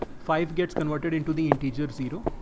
five gets converted into the integer zero.